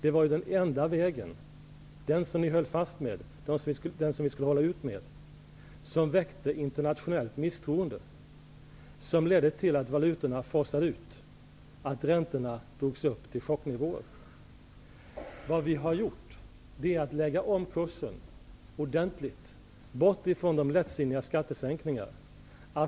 Det var ju den enda vägen, den som ni höll fast vid och som vi skulle hålla ut med, som väckte internationellt misstroende. Detta ledde till att valutorna forsade ut och att räntorna drogs upp till chocknivåer. Nu har vi lagt om kursen ordentligt, bort från de lättsinniga skattesänkningarna.